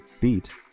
beat